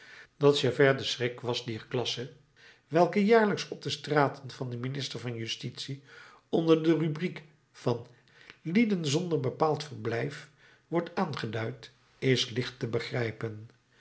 dat javert de schrik was dier klasse welke jaarlijks op de staten van den minister van justitie onder de rubriek van lieden zonder bepaald verblijf wordt aangeduid is licht te begrijpen